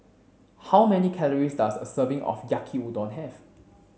how many calories does a serving of Yaki Udon have